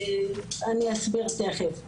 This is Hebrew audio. אני אסביר תיכף.